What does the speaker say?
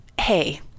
hey